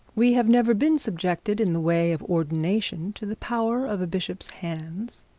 we have never been subjected in the way of ordination to the power of a bishop's hands.